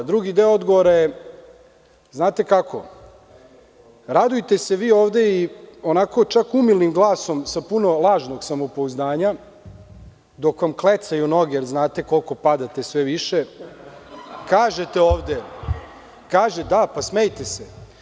Drugi deo odgovora je, znate kako, radujte se vi ovde i onako čak umilnim glasom sa puno lažnog samopouzdanja dok vam klecaju noge, znate koliko padate sve više, kažete ovde, pa smejte se.